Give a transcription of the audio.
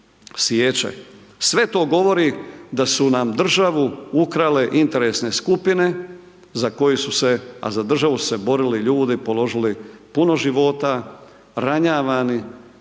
Sve to govori da su nam državu ukrale interesne skupine za koju su se, a za državu su se borili ljudi, položili puno života, ranjavani